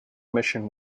mission